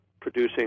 producing